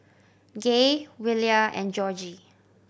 Gaye Willia and Georgie